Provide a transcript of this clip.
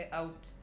out